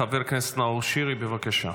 חבר הכנסת נאור שירי, בבקשה.